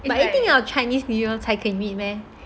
but 一定要 chinese new year 才可以 meet meh